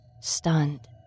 Stunned